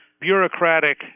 bureaucratic